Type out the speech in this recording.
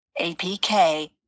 APK